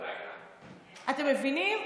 אתם מבינים?